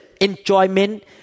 enjoyment